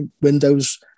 windows